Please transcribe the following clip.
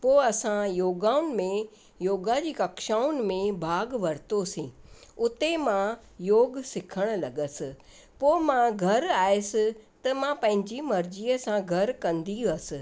पोइ असां योगा में योगा जी कक्षाउनि में भाग वरितोसीं उते मां योग सिखणु लगसि पोइ मां घर आयसि त मां पंहिंजी मर्जीअ सां घर कंदी हुअसि